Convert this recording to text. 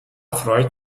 freut